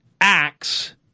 acts